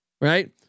right